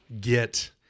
get